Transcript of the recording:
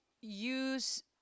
use